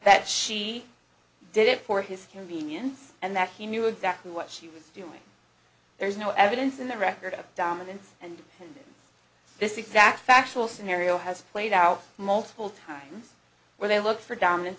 that she did it for his convenience and that he knew exactly what she was doing there is no evidence in the record of dominance and this exact factual scenario has played out multiple times where they look for dominance